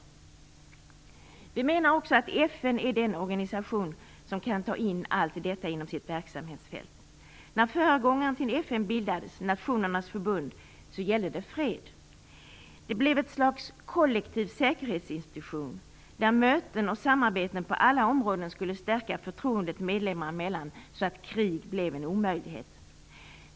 Vi menar också att FN är den organisation som kan ta in allt detta inom sitt verksamhetsfält. När föregångaren till FN bildades - Nationernas förbund - gällde det fred. Det blev ett slags kollektiv säkerhetsinstitution där möten och samarbeten på alla områden skulle stärka förtroendet medlemmar emellan så att krig blev en omöjlighet.